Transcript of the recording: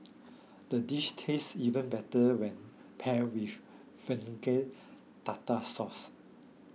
the dish tastes even better when paired with Vegan Tartar Sauce